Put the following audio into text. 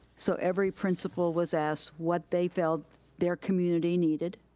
so every principal was asked what they felt their community needed.